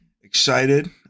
excited